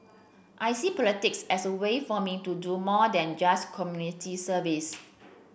I see politics as a way for me to do more than just community service